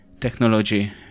technology